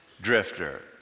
Drifter